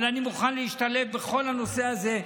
אבל אני מוכן להשתלב בכל הנושא הזה.